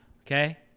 Okay